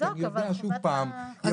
כי אני יודע שהוא פעם ויכול להיות ---.